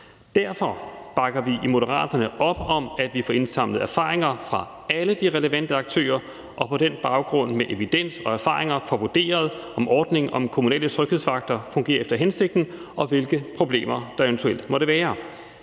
Derfor bakker vi i Moderaterne op om, at vi får indsamlet erfaringer fra alle de relevante aktører og på den baggrund med evidens og erfaringer får vurderet, om ordningen om kommunale tryghedsvagter fungerer efter hensigten, og hvilke problemer der eventuelt måtte være.